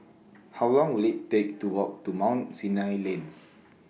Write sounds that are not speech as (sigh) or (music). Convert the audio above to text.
How Long Will IT Take to Walk to Mount Sinai Lane (noise)